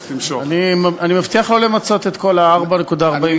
אני מבטיח לא למצות את כל ה-4:46,